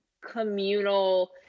communal